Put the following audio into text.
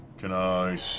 can i